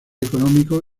económico